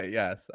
yes